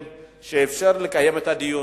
שאפשר לקיים את הדיון,